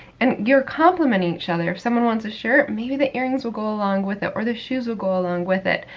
and you're complementing each other. if someone wants a shirt, maybe the earrings with go along with it, or the shoes will go along with it.